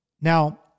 Now